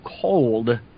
cold